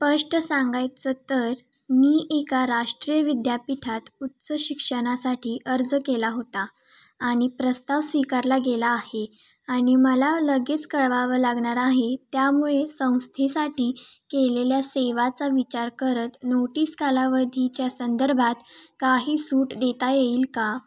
स्पष्ट सांगायचं तर मी एका राष्ट्रीय विद्यापीठात उच्च शिक्षणासाठी अर्ज केला होता आणि प्रस्ताव स्वीकारला गेला आहे आणि मला लगेच कळवावं लागणार आहे त्यामुळे संस्थेसाठी केलेल्या सेवाचा विचार करत नोटीस कालावधीच्या संदर्भात काही सूट देता येईल का